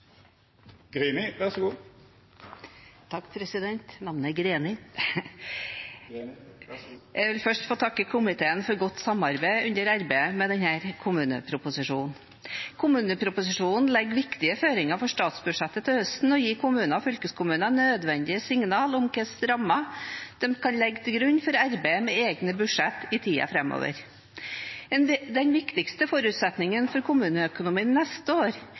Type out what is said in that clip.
Jeg vil først få takke komiteen for godt samarbeid under arbeidet med denne kommuneproposisjonen. Kommuneproposisjonen legger viktige føringer for statsbudsjettet til høsten og gir kommunene og fylkeskommunene nødvendige signaler om hvilke rammer de kan legge til grunn for arbeidet med egne budsjetter i tida framover. Den viktigste forutsetningen for kommuneøkonomien neste år